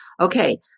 Okay